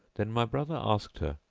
then my brother asked her,